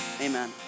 amen